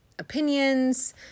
opinions